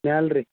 ಮ್ಯಾಲ ರೀ